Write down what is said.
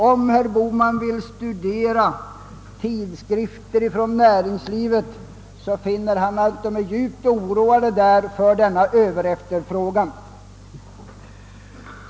Om herr Bohman studerar tidskrifter från näringslivet skall han finna att man på detta håll är djupt oroad av denna överefterfrågan.